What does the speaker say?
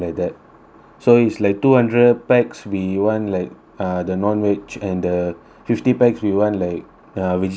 so it's like two hundred pax we want like uh the non-vegetarian and the fifty pax we want like uh vegetarian stuff